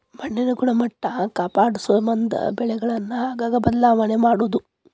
ಮಣ್ಣಿನ ಗುಣಮಟ್ಟಾ ಕಾಪಾಡುಸಮಂದ ಬೆಳೆಗಳನ್ನ ಆಗಾಗ ಬದಲಾವಣೆ ಮಾಡುದು